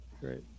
Great